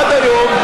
עד היום,